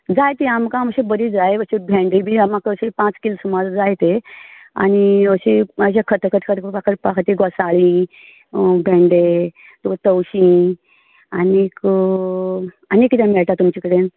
जाय ती आमकां आमची बरी जाय मात्शी भेंडे बी म्हाका अशें पांच किल सुमार जाय तें आनी अशें म्हाजे खतखतें बी करपाक तीं घोसाळीं भेंडे तवशीं आनीक आनीक कितें मेळटा तुमचे कडेन